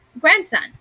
grandson